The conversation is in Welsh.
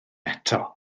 eto